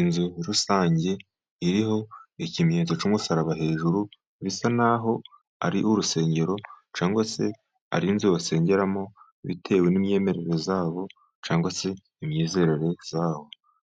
Inzu rusange iriho ikimenyetso cy'umusaraba, hejuru bisa naho ari urusengero cyangwa se ari inzu basengeramo bitewe n'imyemerere zabo cyangwa se imyizerere zaho,